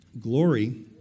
glory